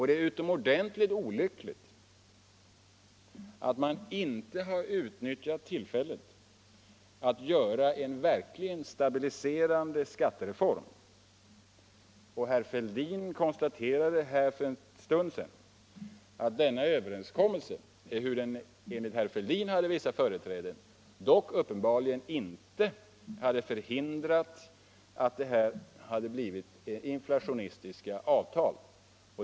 Det är utomordentligt olyckligt att man inte har utnyttjat tillfället att göra en verkligt stabiliserande skattereform. Herr Fälldin konstaterade här för en stund sedan att denna överenskommelse, ehuru den enligt herr Fälldin hade vissa företräden, dock uppenbarligen inte hade förhindrat inflationistiska avtal.